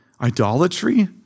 idolatry